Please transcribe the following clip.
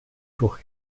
durch